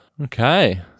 Okay